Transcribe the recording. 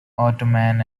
ottoman